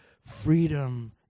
freedom